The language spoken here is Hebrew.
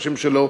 או אנשים שלא